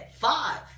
five